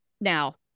Now